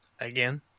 again